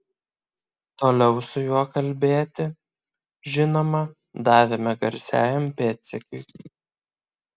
toliau su juo kalbėti žinoma davėme garsiajam pėdsekiui